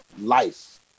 life